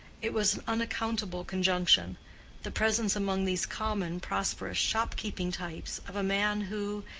it was an unaccountable conjunction the presence among these common, prosperous, shopkeeping types, of a man who,